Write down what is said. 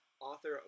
author